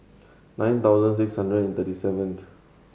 nine thousand six hundred and thirty seven